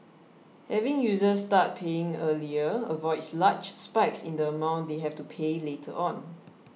having users start paying earlier avoids large spikes in the amount they have to pay later on